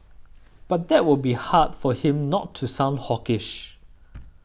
but that it will be hard for him not to sound hawkish